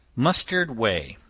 mustard whey.